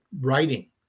writing